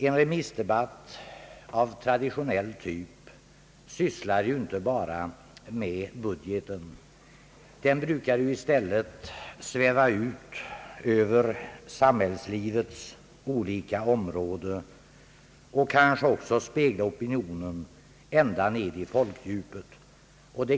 En remissdebatt av traditionell typ sysslar ju inte bara med budgeten. Den brukar i stället sväva ut över samhällslivets olika områden och kanske också spegla opinionen ända ned i folkdjupet.